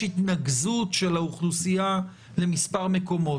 התנקזות של האוכלוסייה למספר מקומות.